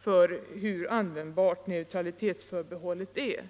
för hur användbart neutralitetsförbehållet är.